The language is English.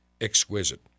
exquisite